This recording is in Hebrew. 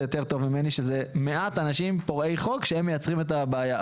יותר טוב ממני שזה מעט אנשים פורעי חוק שהם מייצרים את הבעיה.